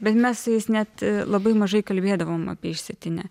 bet mes su jais net labai mažai kalbėdavom apie išsėtinę